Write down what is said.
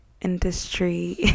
industry